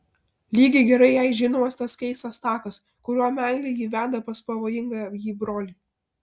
lygiai gerai jai žinomas tas keistas takas kuriuo meilė jį veda pas pavojingąjį brolį